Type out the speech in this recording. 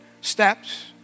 steps